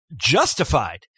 justified